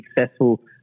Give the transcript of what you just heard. successful